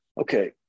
okay